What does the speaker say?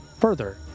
further